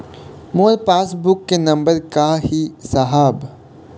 मोर passbook के number का ही साहब?